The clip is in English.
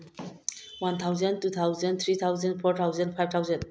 one thousand two thousand three thousand four thousand five thousand